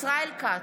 ישראל כץ,